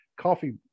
coffee